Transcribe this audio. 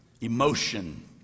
emotion